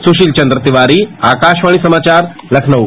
सुशील चन्द्र तिवारी आकाशवाणी समाचार लखनऊ